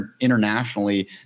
internationally